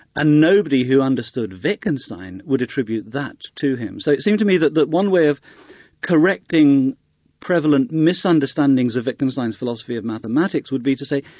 and nobody who understood wittgenstein would attribute that to him. so it seemed to me that that one way of correcting prevalent misunderstandings of wittgenstein's philosophy of mathematics, would be to say,